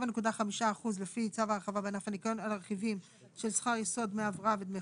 4 רכיבי שכר ערך שעה לעובד ניקיון שמועסק